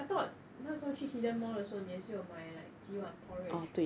I thought 那时候去 hillion mall 的时候你也是有买鸡 what porridge